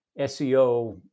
SEO